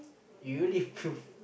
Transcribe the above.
you really prove